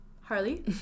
Harley